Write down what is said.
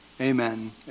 Amen